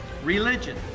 religion